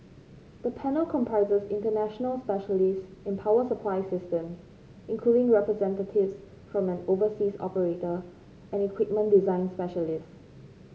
the panel comprises international specialist in power supply system including representatives from an overseas operator and equipment design specialist